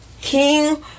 King